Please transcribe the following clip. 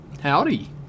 Howdy